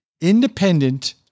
independent